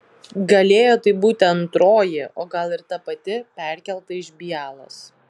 galėjo tai būti antroji o gal ir ta pati perkelta iš bialos